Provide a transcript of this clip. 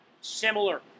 similar